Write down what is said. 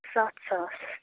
سَتھ ساس